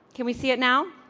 can we see it now?